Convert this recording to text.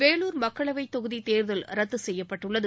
வேலூர் மக்களவைத் தொகுதி தேர்தல் ரத்து செய்யப்பட்டுள்ளது